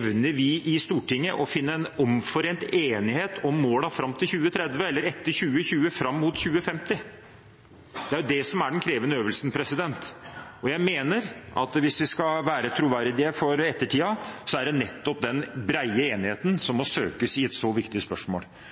Evner vi i Stortinget å finne en omforent enighet om målene fram til 2030 eller etter 2020, fram mot 2050? Det er det som er den krevende øvelsen. Jeg mener at hvis vi skal være troverdige for ettertiden, så er det nettopp den brede enigheten som